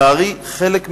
לצערי, חלק מהמהלכים,